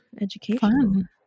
Education